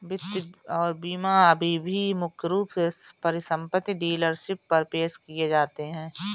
वित्त और बीमा अभी भी मुख्य रूप से परिसंपत्ति डीलरशिप पर पेश किए जाते हैं